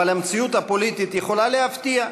אבל המציאות הפוליטית יכולה להפתיע.